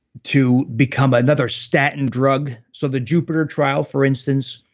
to become another statin drug. so the jupiter trial for instance,